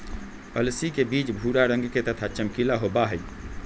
अलसी के बीज भूरा रंग के तथा चमकीला होबा हई